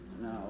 No